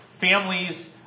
families